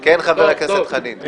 כן, חבר הכנסת חנין.